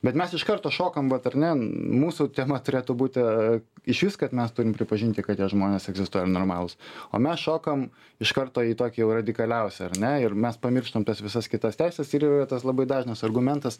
bet mes iš karto šokam vat ar ne mūsų tema turėtų būti išvis kad mes turim pripažinti kad tie žmonės egzistuoja normalūs o mes šokam iš karto į tokį jau radikaliausią ar ne ir mes pamirštam tas visas kitas teises ir yra tas labai dažnas argumentas